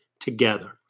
together